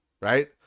right